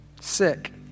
sick